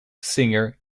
singer